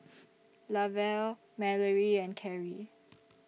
Lavelle Mallory and Kerry